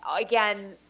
again